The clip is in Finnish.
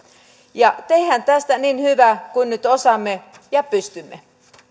tehdään tästä niin hyvä kuin nyt osaamme ja pystymme